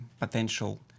potential